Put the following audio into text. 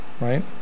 right